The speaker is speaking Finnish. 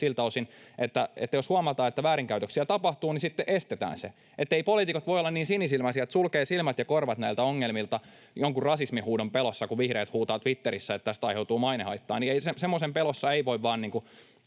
siltä osin, että jos huomataan, että väärinkäytöksiä tapahtuu, niin sitten estetään se. Eivät poliitikot voi olla niin sinisilmäisiä, että sulkevat silmät ja korvat näiltä ongelmilta jonkun rasismihuudon pelossa, kun vihreät huutavat Twitterissä, että tästä aiheutuu mainehaittaa. Semmoisen pelossa ei voi vain